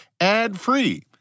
ad-free